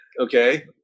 Okay